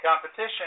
Competition